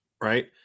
right